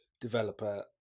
developer